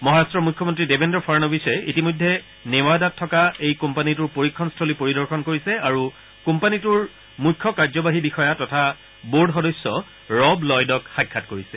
মহাৰট্টৰ মুখ্যমন্ত্ৰী দেৱেন্দ্ৰ ফাড়নবিশে ইতিমধ্যে নেৱাদাত থকা এই কোম্পানীটোৰ পৰীক্ষণস্থলী পৰিদৰ্শন কৰিছে আৰু কোম্পানীটোৰ মুখ্য কাৰ্যবাহী বিষয়া তথা বোৰ্ড সদস্য ৰব লয়ডক সাক্ষাৎ কৰিছে